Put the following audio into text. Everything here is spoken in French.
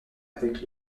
avec